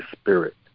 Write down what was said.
spirit